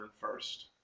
first